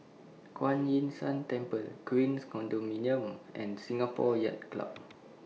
Kuan Yin San Temple Queens Condominium and Singapore Yacht Club